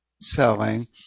selling